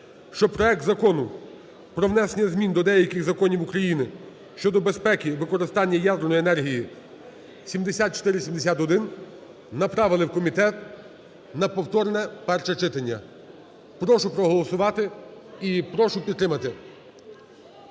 щоб проект Закону про внесення змін до деяких законів України щодо безпеки використання ядерної енергії (7471) направили в комітет на повторне перше читання. Прошу проголосувати і прошу підтримати.